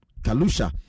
Kalusha